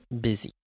busy